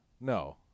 No